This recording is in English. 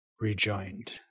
rejoined